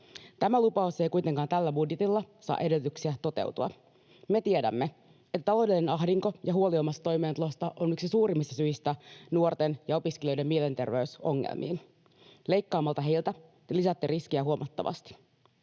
Tämä lupaus ei kuitenkaan tällä budjetilla saa edellytyksiä toteutua. Me tiedämme, että taloudellinen ahdinko ja huoli omasta toimeentulosta on yksi suurimmista syistä nuorten ja opiskelijoiden mielenterveysongelmiin. Leikkaamalla heiltä te lisäätte riskiä huomattavasti.